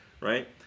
right